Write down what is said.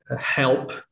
help